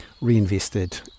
reinvested